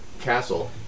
Castle